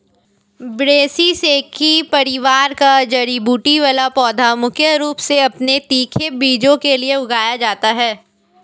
ब्रैसिसेकी परिवार का जड़ी बूटी वाला पौधा मुख्य रूप से अपने तीखे बीजों के लिए उगाया जाता है